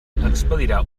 expedirà